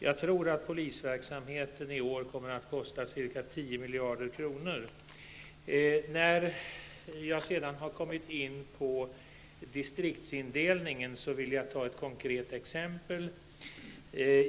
Jag tror att polisverksamheten i år kommer att kosta ca 10 Beträffande distriktsindelningen vill jag ge ett konkret exempel.